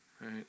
right